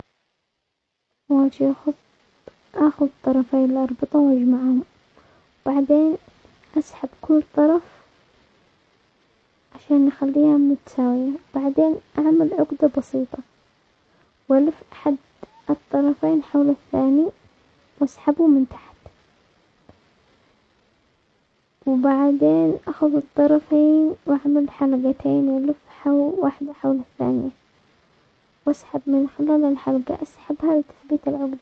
اجي و اخد- اخد طرفي الاربطه واجمعهم، بعدين اسحب كل طرف عشان اخليها متساوية، بعدين اعمل عقدة بسيطة، والف احد الطرفين حول الثاني، واسحبه من تحت، وبعدين اخذ الطرفين واعمل حلقتين و الف واحدة حول الثانية، واسحب من خلال الحلقة اسحبها لتثبيت العقدة.